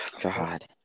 God